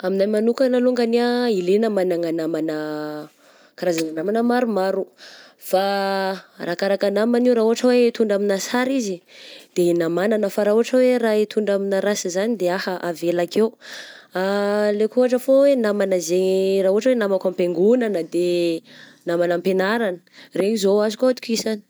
Amigna manokana longany ah, ilaigna manana namagna karazagna namagna maromaro, fa arakaraka namagna io, raha ohatra hoe hitondra amigna sara izy, de inamagnana, fa raha ohatra hoe raha hitondra amigna rasy zany de aha avelako eo, alaiko ohatra fô hoe namagna ze raha namako am-piangonana de namako am-pianaragna, regny zao azoko antokisagna.